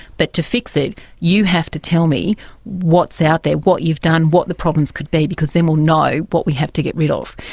but to fix it you have to tell me what's out there, what you've done, what the problems could be, because then we'll know what we have to get rid of,